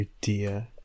dear